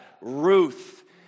Ruth